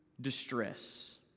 Distress